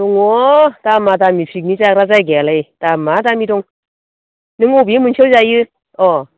दङ दामा दामि पिकनिक जाग्रा जायगायालाय दामा दामि दं नों अबे मोनसेआव जायो अ